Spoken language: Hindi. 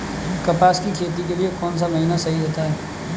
कपास की खेती के लिए कौन सा महीना सही होता है?